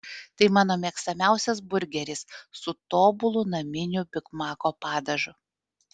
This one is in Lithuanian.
tai mano mėgstamiausias burgeris su tobulu naminiu bigmako padažu